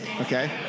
Okay